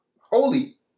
holy